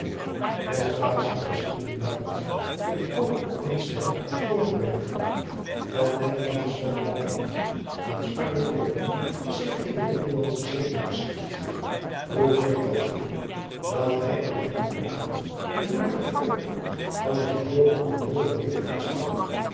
met verbazing vestigde nu maurits het oog adriaan loosjes pzn het leven van maurits lijnslager op dit steil voorgebergte dat met eene smalle landengte aan spanje verbonden zich in de middellandsche zee uitstrekt hoe vreemd was het hem dat hij aan den anderen kant den noordelijken uithoek van een geheel ander deel der wereld